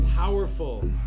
Powerful